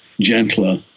gentler